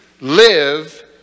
Live